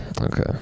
Okay